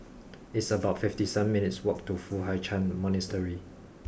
it's about fifty seven minutes' walk to Foo Hai Ch'an Monastery